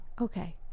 Okay